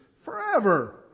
forever